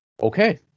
Okay